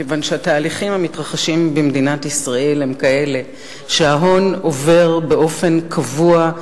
כיוון שהתהליכים המתרחשים במדינת ישראל הם כאלה שההון עובר באופן קבוע,